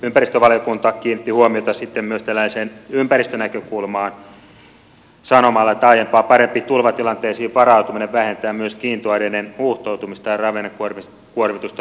ympäristövaliokunta kiinnitti huomiota sitten myös tällaiseen ympäristönäkökulmaan sanomalla että aiempaa parempi tulvatilanteisiin varautuminen vähentää myös kiintoaineiden huuhtoutumista ja ravinnekuormitusta vesistöihin